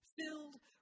Filled